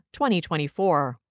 2024